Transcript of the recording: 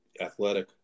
athletic